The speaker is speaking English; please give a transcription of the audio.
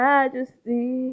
Majesty